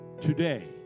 Today